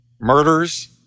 murders